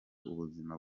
ubuzima